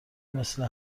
مثل